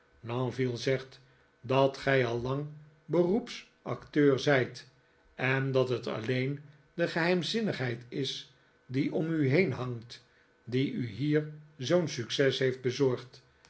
lenville zegt dat gij al lang beroeps acteur zijt en dat het alleen de geheimzinnigheid is die om u heen hangt die u hier zoo'n succes heeft bezorgd